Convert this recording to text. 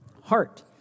heart